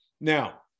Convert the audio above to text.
Now